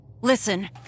Listen